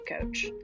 coach